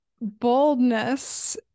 boldness